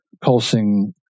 pulsing